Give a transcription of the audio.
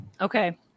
okay